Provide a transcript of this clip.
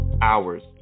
hours